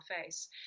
face